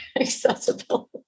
accessible